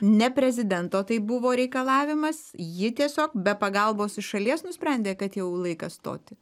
ne prezidento tai buvo reikalavimas ji tiesiog be pagalbos iš šalies nusprendė kad jau laikas stoti